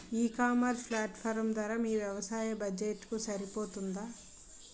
ఈ ecommerce platform ధర మీ వ్యవసాయ బడ్జెట్ సరిపోతుందా?